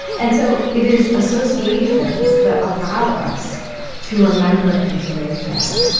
and so it is associations that allow us to remember information.